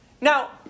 Now